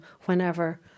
whenever